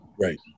Right